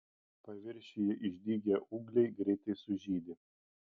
paviršiuje išdygę ūgliai greitai sužydi